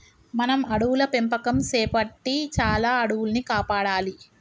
మనం అడవుల పెంపకం సేపట్టి చాలా అడవుల్ని కాపాడాలి